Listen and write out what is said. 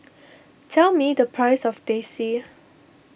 tell me the price of Teh C